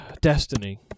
Destiny